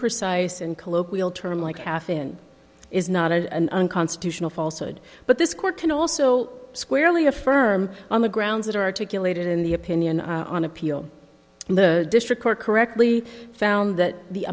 imprecise and colloquial term like half in is not a constitutional falsehood but this court can also squarely affirm on the grounds that articulated in the opinion on appeal and the district court correctly found that the